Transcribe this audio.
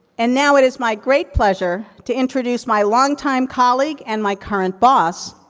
and now, it is my great pleasure to introduce my longtime colleague, and my current boss,